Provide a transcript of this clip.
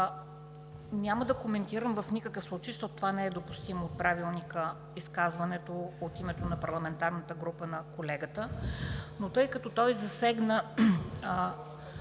Няма да коментирам в никакъв случай, защото това не е допустимо в Правилника, изказването от името на парламентарна група на колегата, но тъй като той засегна